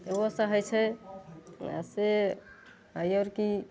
ओहो कहय छै आओर से आयब की